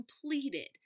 completed